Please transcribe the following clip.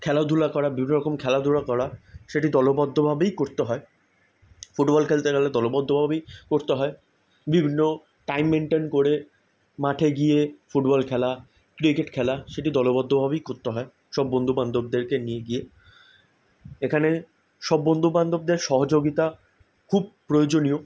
খেলাধুলা করা বিভিন্ন রকম খেলাধুলা করা সেটি দলবদ্ধভাবেই করতে হয় ফুটবল খেলতে গেলে দলবদ্ধভাবেই করতে হয় বিভিন্ন টাইম মেনটেন করে মাঠে গিয়ে ফুটবল খেলা ক্রিকেট খেলা সেটি দলবদ্ধভাবেই করতে হয় সব বন্ধুবান্ধবদেরকে নিয়ে গিয়ে এখানে সব বন্ধুবান্ধবদের সহযোগিতা খুব প্রয়োজনীয়